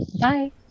bye